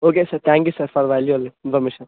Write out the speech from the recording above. okay sir thank you sir for valuable information